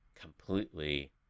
completely